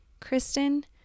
Kristen